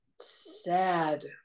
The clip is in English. sad